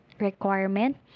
requirement